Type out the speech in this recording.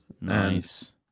Nice